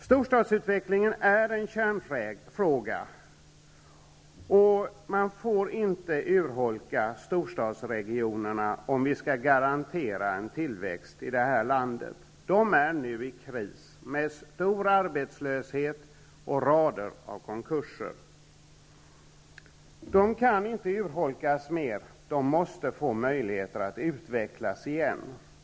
Storstadsutvecklingen är en kärnfråga, och man får inte urholka storstadsregionerna, om vi skall garantera en tillväxt i det här landet. De är nu i kris med stor arbetslöshet och rader av konkurser. De kan inte urholkas mer. De måste få möjligheter att utvecklas igen.